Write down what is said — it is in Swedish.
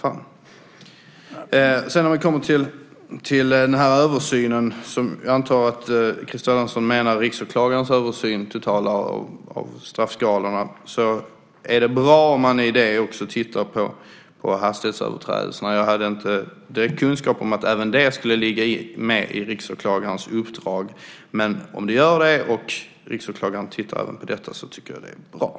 Christer Erlandsson talade om en översyn. Jag antar att han menar riksåklagarens översyn av straffskalorna. Det är bra om man då också tittar på hastighetsöverträdelserna. Jag hade inte kunskap om att även det skulle finnas med i riksåklagarens uppdrag. Men om det gör det och om riksåklagaren tittar även på detta, så tycker jag att det är bra.